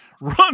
run